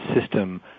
system